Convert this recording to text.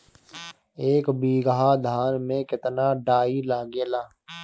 एक बीगहा धान में केतना डाई लागेला?